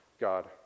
God